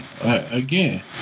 Again